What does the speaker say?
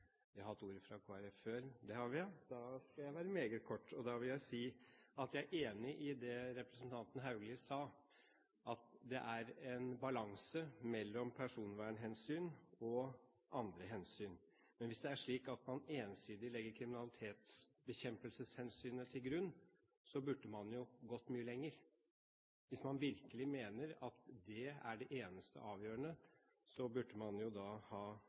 Folkeparti har hatt ordet før. Det nikkes, at det har vi – da skal jeg være meget kort. Da vil jeg si at jeg er enig i det representanten Haugli sa, at det er en balanse mellom personvernhensyn og andre hensyn. Men hvis det er slik at man ensidig legger kriminalitetsbekjempelseshensynet til grunn, burde man jo ha gått mye lenger. Hvis man virkelig mener at det er det eneste avgjørende, burde man jo ha